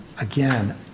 again